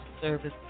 service